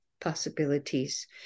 possibilities